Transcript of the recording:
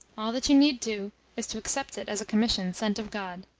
all that you need do is to accept it as a commission sent of god.